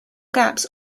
gaps